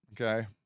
Okay